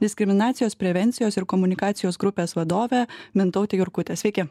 diskriminacijos prevencijos ir komunikacijos grupės vadove mintaute jurkute sveiki